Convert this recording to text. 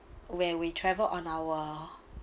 where we travel on our